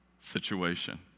situation